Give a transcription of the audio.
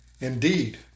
Indeed